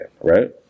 right